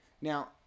Now